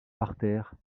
parterre